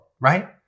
right